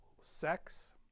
sex